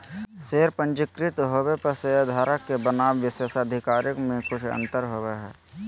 share पंजीकृत होबो पर शेयरधारक के बनाम विशेषाधिकार में भी कुछ अंतर होबो हइ